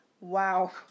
Wow